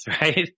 right